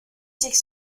sich